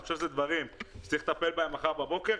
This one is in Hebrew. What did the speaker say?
אלה דברים שצריך לטפל בהם מחר בבוקר,